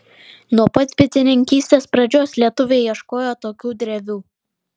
nuo pat bitininkystės pradžios lietuviai ieškojo tokių drevių